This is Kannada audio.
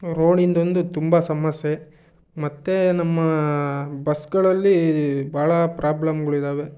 ರೋಡಿಂದೊಂದು ತುಂಬ ಸಮಸ್ಯೆ ಮತ್ತು ನಮ್ಮ ಬಸ್ಗಳಲ್ಲಿ ಬಹಳ ಪ್ರಾಬ್ಲಮ್ಗಳಿದಾವೆ